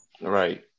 Right